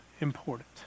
important